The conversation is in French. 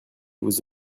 vous